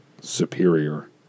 superior